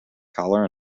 collar